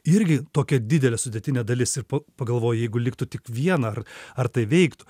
irgi tokia didelė sudėtinė dalis ir pagalvoji jeigu liktų tik vieną ar ar tai veiktų